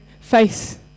face